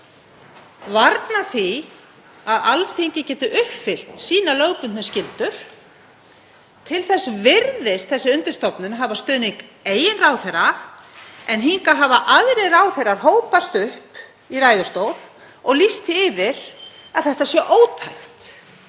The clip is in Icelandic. varna því að Alþingi geti uppfyllt lögbundnar skyldur sínar. Til þess virðist þessi undirstofnun hafa stuðning eigin ráðherra en hingað hafa aðrir ráðherrar hópast upp í ræðustól og lýst því yfir að þetta sé ótækt.